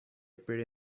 appear